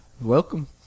welcome